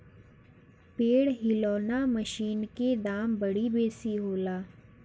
पेड़ हिलौना मशीन के दाम बड़ी बेसी होला